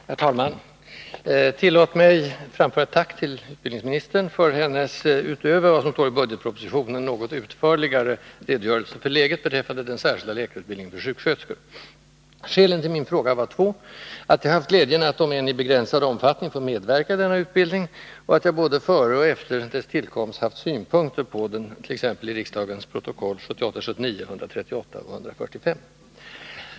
Herr talman! Tillåt mig framföra ett tack till utbildningsministern för hennes — i förhållande till vad som står i budgetpropositionen något Skälen till min fråga är två: att jag haft glädjen att, om än i begränsad omfattning, få medverka i denna utbildning och att jag både före och efter dess tillkomst haft synpunkter på den, t.ex. i riksdagens protokoll 1978/79:138 och 145.